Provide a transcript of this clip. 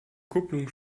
kupplung